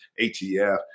ATF